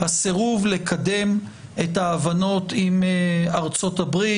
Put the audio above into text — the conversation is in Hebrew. הסירוב לקדם את ההבנות עם ארצות הברית